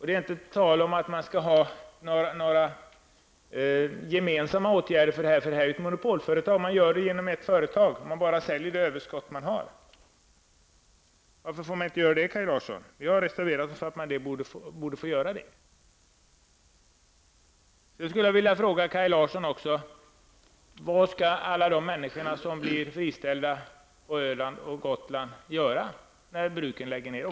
Det är inte tal om några gemensamma åtgärder, för det är ett monopolföretag som gör det och bara säljer det överskott man har. Vi har reserverat oss för att det borde kunna sälja sitt överskott. Slutligen skulle jag vilja fråga Kaj Larsson: Vad skall alla de människor som blir friställda på Öland och Gotland göra när bruken läggs ned?